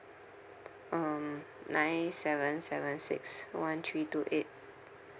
um nine seven seven six one three two eight